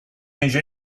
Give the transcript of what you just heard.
change